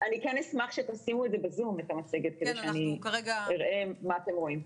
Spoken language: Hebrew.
אני כן אשמח שתשימו את המצגת ב-זום כדי שאני אראה מה אתם רואים.